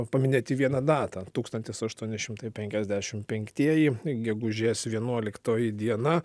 paminėti vieną datą tūkstantis aštuoni šimtai penkiasdešimt penktieji gegužės vienuoliktoji diena